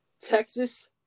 Texas